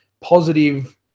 positive